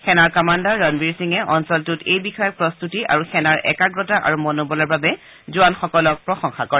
সেনা কমাণ্ডাৰ ৰণবীৰ সিঙে অঞ্চলটোত এই বিষয়ক প্ৰস্তুতি আৰু সেনাৰ একাগ্ৰতা আৰু মনোবলৰ বাবে জোৱানসকলক প্ৰশংসা কৰে